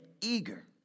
eager